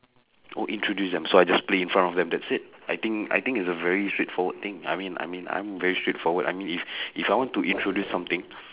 oh introduce them so I just play in front of them that's it I think I think it's a very straightforward thing I mean I mean very straightforward I mean if if I want to introduce something